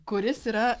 kuris yra